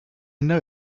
know